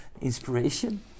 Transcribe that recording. inspiration